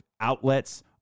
outlets